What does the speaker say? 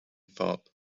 thought